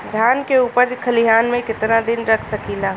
धान के उपज खलिहान मे कितना दिन रख सकि ला?